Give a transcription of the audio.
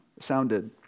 sounded